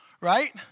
right